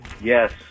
yes